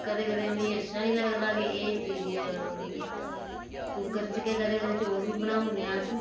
कदें कदें उ'नें गी अच्छा गै निं लगदा की के कूकर च गै कदें कदें चौल बनाई ओड़ने अस